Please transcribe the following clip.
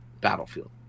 Battlefield